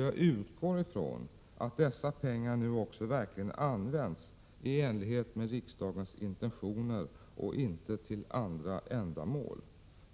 Jag utgår från att dessa pengar nu också verkligen används i enlighet med riksdagens intentioner och inte till andra ändamål.